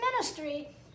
ministry